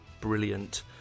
brilliant